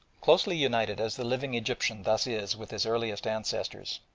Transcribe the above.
closely united as the living egyptian thus is with his earliest ancestors,